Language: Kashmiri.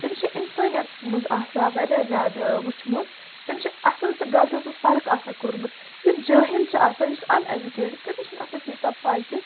تٔمِس چھِ اِنسٲنیتَس منٛز آسان واریاہ زیادٕ وُچھمُت تٔمِس چھِ اَصٕل تہٕ غلطس منٛز فرق آسان کوٚرمُت یُس جٲہل چھِ آسان یُس اَن اٮ۪جُکیٹِڈ تٔمِس چھُنہٕ آسان تیٖژاہ پَے کہِ